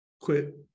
quit